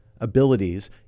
abilities